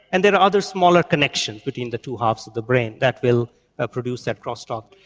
and there are other smaller connections between the two halves of the brain that will ah produce that cross talk.